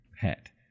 pet